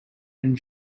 and